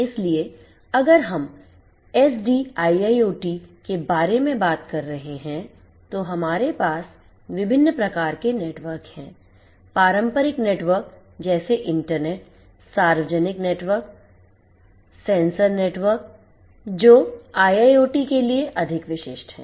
इसलिए अगर हम SDIIoT के बारे में बात कर रहे हैं तो हमारे पास विभिन्न प्रकार के नेटवर्क हैं पारंपरिक नेटवर्क जैसे इंटरनेट सार्वजनिक नेटवर्क सेंसर नेटवर्क जो IIoT के लिए अधिक विशिष्ट हैं